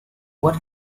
what